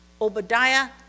Obadiah